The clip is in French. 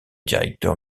directeur